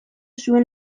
zuen